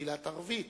תפילת ערבית,